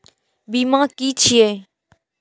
बीमा की छी ये?